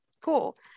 cool